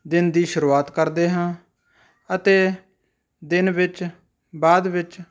ਦਿਨ ਦੀ ਸ਼ੁਰੂਆਤ ਕਰਦੇ ਹਾਂ ਅਤੇ ਦਿਨ ਵਿੱਚ ਬਾਅਦ ਵਿੱਚ